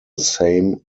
same